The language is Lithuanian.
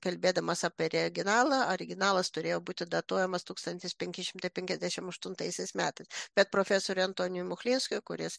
kalbėdamas apie reginala originalas turėjo būti datuojamas tūkstantis penki šimtai penkiasdešimt aštuntaisiais metais bet profesoriui antonijui muchlevskiui kuris